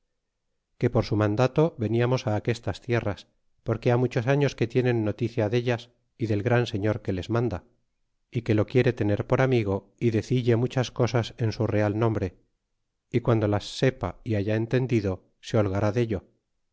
que por su mandado veniamos á aquestas tierras porque ha muchos años que tienen noticia dellas y del gran señor que les manda y que lo quiere tener por amigo y decille muchas cosas en su real nombre y guando las sepa é haya entendido se holgará dello